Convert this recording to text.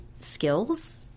skills